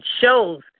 shows